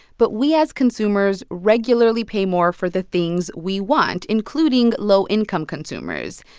but we as consumers regularly pay more for the things we want, including low-income consumers.